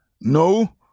No